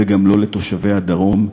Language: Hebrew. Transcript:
וגם לא לתושבי הדרום,